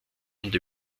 und